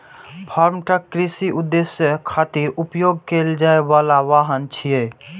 farm truck कृषि उद्देश्य खातिर उपयोग कैल जाइ बला वाहन छियै